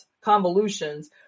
convolutions